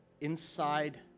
inside